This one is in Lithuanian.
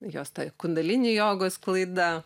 jos ta kundalini jogos sklaida